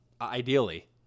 ideally